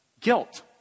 guilt